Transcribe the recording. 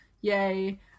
Yay